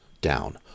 down